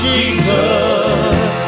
Jesus